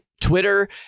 Twitter